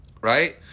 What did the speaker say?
Right